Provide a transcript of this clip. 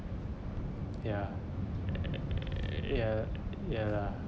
ya ya ya lah